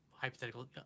hypothetical